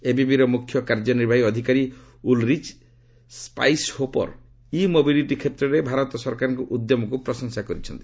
ଏବିବିର ମୁଖ୍ୟ କାର୍ଯ୍ୟନିର୍ବାହୀ ଅଧିକାରୀ ଉଲରିଚ ସ୍ୱାଇସ୍ହୋଫର ଇ ମୋବିଲିଟି କ୍ଷେତ୍ରରେ ଭାରତ ସରକାରଙ୍କ ଉଦ୍ୟମକୁ ପ୍ରଶଂସା କରିଛନ୍ତି